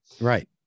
Right